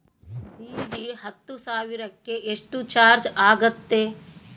DD ಹತ್ತು ಸಾವಿರಕ್ಕೆ ಎಷ್ಟು ಚಾಜ್೯ ಆಗತ್ತೆ?